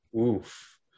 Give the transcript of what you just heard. Oof